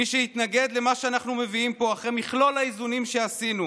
מי שיתנגד למה שאנחנו מביאים פה אחרי מכלול האיזונים שעשינו,